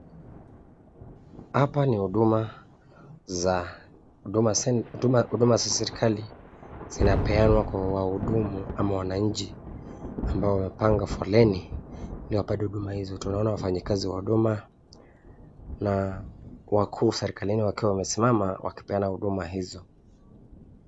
Hapa ni huduma za serikali, zinapeanwa kwa wahudumu ama wananchi ambao wamepanga foleni, ili wapate huduma hizo, tunaona wafanyalazi wa huduma, na wakuu katika serikali wakiwa wamesimama wakipeana huduma hizo.